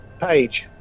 Page